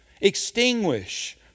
extinguish